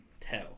tell